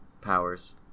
powers